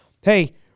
hey